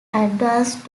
advanced